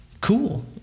cool